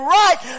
right